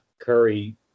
Curry